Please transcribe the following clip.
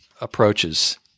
approaches